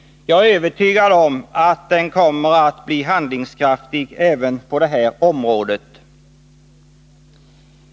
Jag är övertygad om att den kommer att bli handlingskraftig även på det här området.